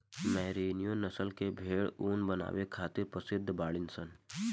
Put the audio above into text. merino नस्ल के भेड़ ऊन बनावे खातिर प्रसिद्ध बाड़ीसन